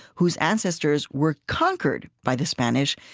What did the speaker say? whose ancestors were conquered by the spanish,